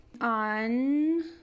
on